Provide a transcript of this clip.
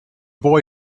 boy